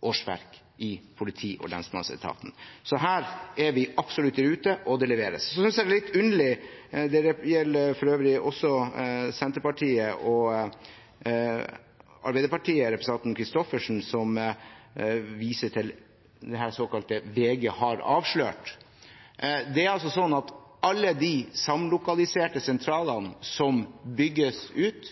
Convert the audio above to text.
årsverk i politi- og lensmannsetaten. Så her er vi absolutt i rute, og det leveres. Så er det noe jeg synes er litt underlig – det gjelder for øvrig også Senterpartiet, og Arbeiderpartiet og representanten Christoffersen, som viser til det VG såkalt har avslørt. Det er altså sånn at alle de samlokaliserte sentralene som bygges ut,